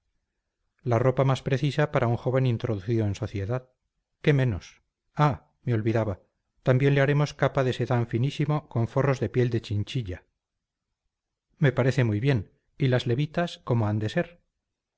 la ropa más precisa para un joven introducido en sociedad qué menos ah me olvidaba también le haremos capa de sedán finísimo con forros de piel de chinchilla me parece muy bien y las levitas cómo han de ser